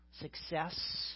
success